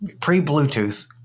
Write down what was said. pre-Bluetooth